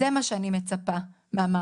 זה מה שאני מצפה מהמערכת.